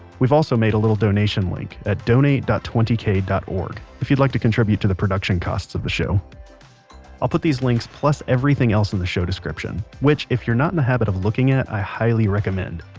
we've also made a little donation link at donate dot twenty k dot org, if you'd like to contribute to the production costs of the show i'll put these links plus everything else in the show description. which, if you're not in the habit of looking at, i highly recommend.